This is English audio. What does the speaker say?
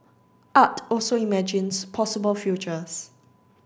art also imagines possible futures